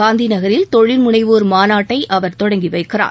காந்திநகரில் தொழில் முனைவோர் மாநாட்டை அவர் தொடங்கி வைக்கிறார்